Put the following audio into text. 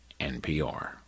NPR